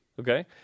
Okay